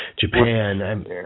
Japan